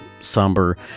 somber